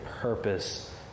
purpose